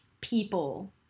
people